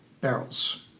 barrels